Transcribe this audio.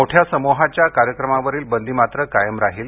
मोठ्या समूहाच्या कार्यक्रमावरील बंदीमात्र कायम राहणार आहे